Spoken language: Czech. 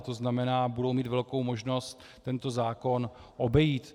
To znamená, budou mít velkou možnost tento zákon obejít.